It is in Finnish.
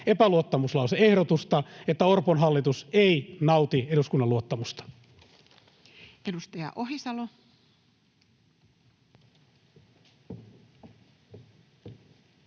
epäluottamuslause-ehdotusta, että Orpon hallitus ei nauti eduskunnan luottamusta. [Speech